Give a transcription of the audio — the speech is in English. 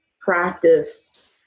practice